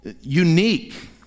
unique